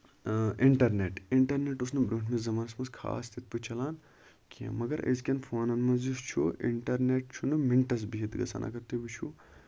internet internet اوس نہٕ برونٹھمِس زَمانَس منٛز خاص تِتھ پٲٹھۍ چلان کیٚنہہ مَگر أزکین فونن منٛز یُس چھُ اِنٹرنیٚٹ چھُنہٕ مِنٹَس بِہَتھ گژھان اَگر تُہۍ وٕچھِو